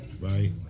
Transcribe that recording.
right